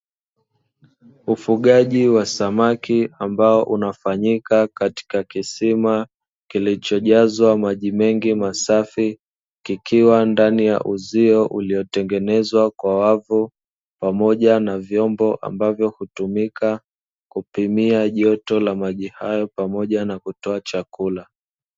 Ufugaji wa samaki ambao unafanyika katika kisima kilichojazwa maji mengi masafi, kikiwa ndani ya uzio uliotengenezwa kwa wavu, pamoja na vyombo ambavyo hutumika kupimia joto la maji hayo pamoja na kutoa chakula.